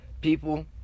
people